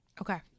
Okay